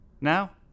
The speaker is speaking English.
Now